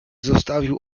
zostawił